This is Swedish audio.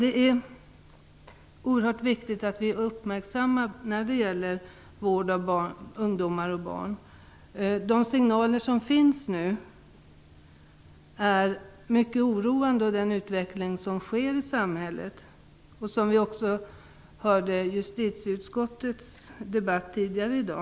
Det är oerhört viktigt att vården av ungdomar och barn uppmärksammas. Det förekommer nu mycket oroande signaler om utvecklingen i vårt samhälle, vilket vi hörde om också i debatten om justitieutskottets betänkande tidigare i dag.